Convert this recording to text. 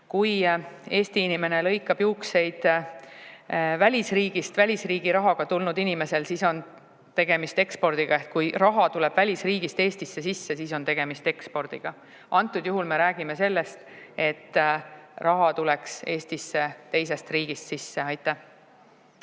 Kui Eesti inimene lõikab juukseid välisriigist välisriigi rahaga tulnud inimesel, siis on tegemist ekspordiga. Ehk kui raha tuleb välisriigist Eestisse sisse, siis on tegemist ekspordiga. Antud juhul me räägime sellest, et raha tuleks Eestisse teisest riigist sisse. Aitäh